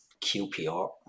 QPR